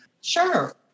Sure